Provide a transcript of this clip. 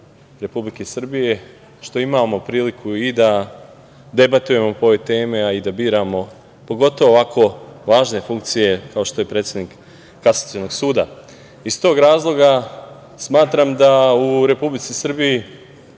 Republike Srbije, što imamo priliku i da debatujemo oko ove teme i da biramo, pogotovo ovako važne funkcije kao što je predsednik Kasacionog suda. Iz tog razloga, smatram da u Republici Srbiji